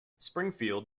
springfield